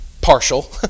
partial